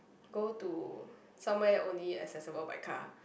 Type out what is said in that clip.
go to somewhere only accessible by car